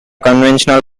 conventional